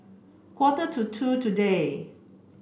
quarter to two today